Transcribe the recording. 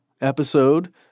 episode –